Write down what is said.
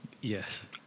Yes